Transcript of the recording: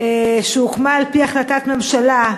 שהוקמה על-פי החלטת ממשלה,